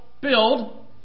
build